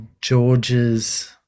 George's